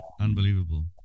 unbelievable